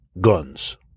guns